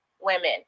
women